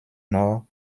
nord